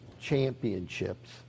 championships –